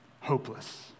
hopeless